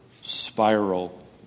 spiral